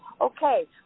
Okay